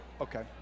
Okay